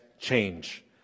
change